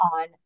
on